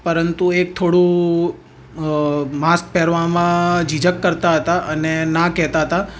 પરંતુ એ થોડું માસ્ક પહેરવામાં જીજક કરતા હતા અને ના કહેતા હતા